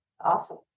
Awesome